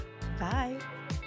Bye